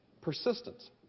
Persistence